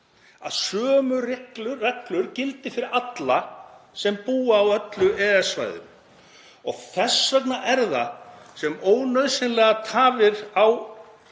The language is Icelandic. að sömu reglur gildi fyrir alla sem búa á öllu EES-svæðinu. Þess vegna er það sem ónauðsynlegar tafir á